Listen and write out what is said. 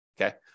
Okay